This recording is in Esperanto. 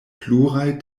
pluraj